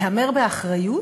להמר באחריות?